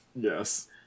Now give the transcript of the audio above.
Yes